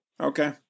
Okay